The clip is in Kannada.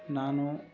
ನಾನು